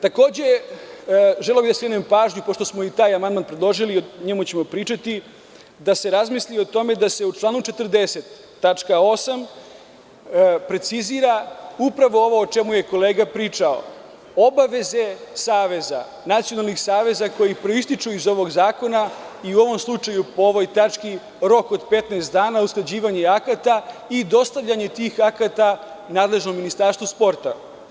Takođe, želeo bih da skrenem pažnju pošto smo i taj amandman predložili, o njemu ćemo pričati, da se razmisli o tome da se u članu 40. tačka 8) precizira upravo ovo o čemu je kolega pričao - obaveze saveza Nacionalnih saveza koji proističu iz ovog zakona i, u ovom slučaju po ovoj tački, rok od 15 dana usklađivanje akata i dostavljanje tih akata nadležnom Ministarstvu sporta.